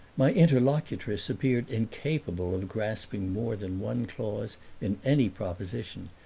my interlocutress appeared incapable of grasping more than one clause in any proposition,